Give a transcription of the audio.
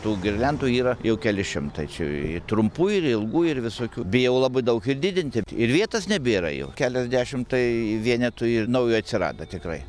tų girliandų yra jau keli šimtai čia ir trumpų ir ilgų ir visokių bijau labai daug ir didinti ir vietos nebėra jau keliasdešimt tai vienetų ir naujų atsirado tikrai